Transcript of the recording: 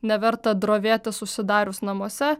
neverta drovėtis užsidarius namuose